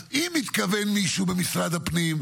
ורק מזכירה לכם שיושב-ראש המפלגה שלי,